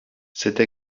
cette